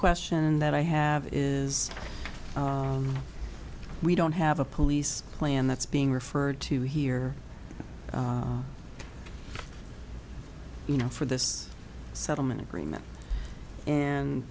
question that i have is we don't have a police plan that's being referred to here you know for this settlement agreement and